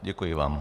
Děkuji vám.